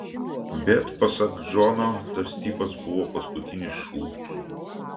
bet pasak džono tas tipas buvo paskutinis šūdžius